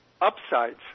upsides